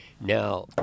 now